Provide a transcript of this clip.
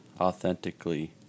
authentically